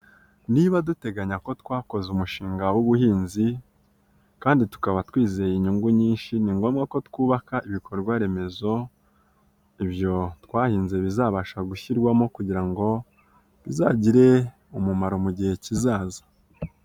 Niba duteganya ko twakoze umushinga w'ubuhinzi kandi tukaba twizeye inyungu nyinshi, ni ngombwa ko twubaka ibikorwa remezo, ibyo twahinze bizabasha gushyirwamo kugira ngo bizagire umumaro mu gihe kizaza.